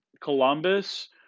Columbus